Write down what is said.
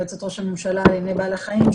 יועצת ראש הממשלה לזכויות בעלי חיים,